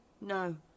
No